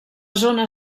zona